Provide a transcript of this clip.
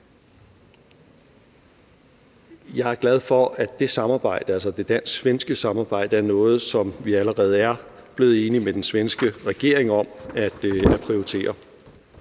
Jeg er glad for, at det dansk-svenske samarbejde er noget, som vi allerede er blevet enige med den svenske regering om at prioritere.